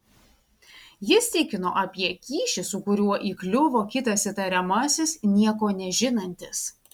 jis tikino apie kyšį su kuriuo įkliuvo kitas įtariamasis nieko nežinantis